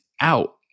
out